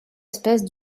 espèce